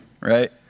Right